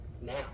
now